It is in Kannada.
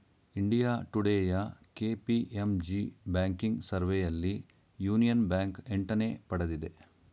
ಇಂಡಿಯಾ ಟುಡೇಯ ಕೆ.ಪಿ.ಎಂ.ಜಿ ಬ್ಯಾಂಕಿಂಗ್ ಸರ್ವೆಯಲ್ಲಿ ಯೂನಿಯನ್ ಬ್ಯಾಂಕ್ ಎಂಟನೇ ಪಡೆದಿದೆ